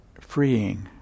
freeing